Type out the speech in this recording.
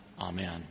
Amen